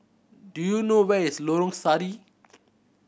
do you know where is Lorong Sari